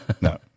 no